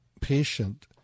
patient